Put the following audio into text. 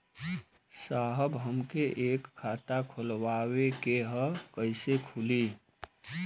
साहब हमके एक खाता खोलवावे के ह कईसे खुली?